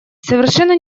совершенно